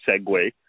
segue